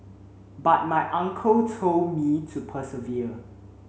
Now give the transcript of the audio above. but my uncle told me to persevere